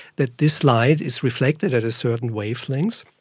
that this light is reflected at a certain wavelength.